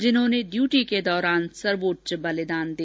जिन्होंने डयूटी के दौरान सर्वोच्च बलिदान दिया